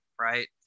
right